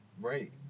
Right